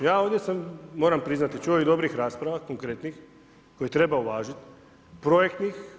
Ja ovdje sam, moram priznati, čuo i dobrih rasprava, konkretnih koje treba uvažiti, projektnih.